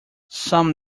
some